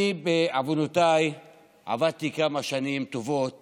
אני בעוונותיי עבדתי כמה שנים טובות